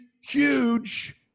huge